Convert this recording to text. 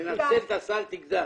לנצל את הסל תגדל.